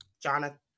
Jonathan